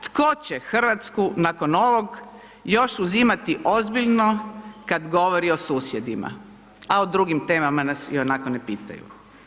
Tko će Hrvatsku nakon ovog još uzimati ozbiljno kad govori o susjedima, a o drugim temama nas ionako ne pitaju.